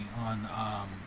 on